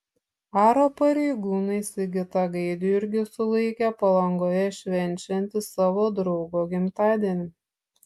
aro pareigūnai sigitą gaidjurgį sulaikė palangoje švenčiantį savo draugo gimtadienį